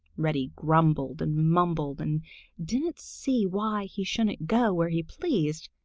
reddy grumbled and mumbled and didn't see why he shouldn't go where he pleased,